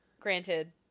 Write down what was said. Granted